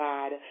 God